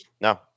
No